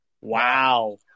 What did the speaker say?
Wow